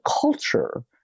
culture